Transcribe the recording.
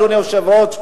אדוני היושב-ראש,